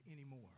anymore